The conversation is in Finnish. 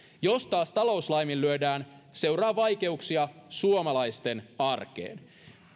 jos taas talous laiminlyödään seuraa vaikeuksia suomalaisten arkeen